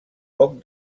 poc